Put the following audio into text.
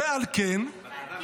ועל כן -- ועל כן?